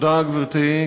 תודה, גברתי.